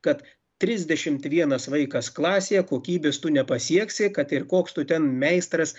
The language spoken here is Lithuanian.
kad trisdešimt vienas vaikas klasėje kokybės tu nepasieksi kad ir koks tu ten meistras